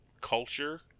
culture